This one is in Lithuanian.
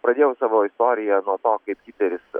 pradėjau savo istoriją nuo to kaip piteris